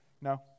No